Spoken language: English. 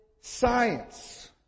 science